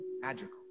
magical